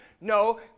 No